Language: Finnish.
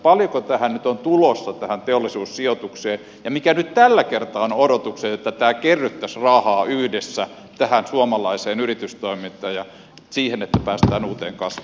paljonko nyt on tulossa tähän teollisuussijoitukseen ja mitkä nyt tällä kertaa ovat odotukset että tämä kerryttäisi rahaa yhdessä tähän suomalaiseen yritystoimintaan ja siihen että päästään uuteen kasvuun